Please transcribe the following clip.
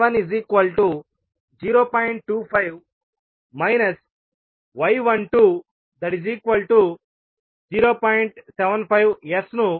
ను కనుగొనవలసి ఉంది